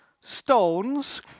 stones